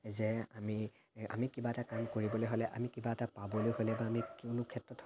যে আমি আমি কিবা এটা কাম কৰিবলৈ হ'লে আমি কিবা এটা পাবলৈ হ'লে বা আমি কোনো ক্ষেত্ৰত